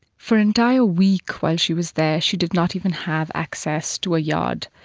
for an entire week while she was there she did not even have access to a yard.